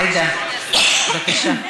עאידה, בבקשה.